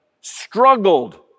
struggled